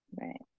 right